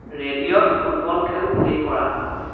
ৰেডিঅ'ত ফুটবল খেল প্লে' কৰা